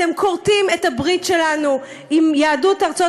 אתם כורתים את הברית שלנו עם יהדות ארצות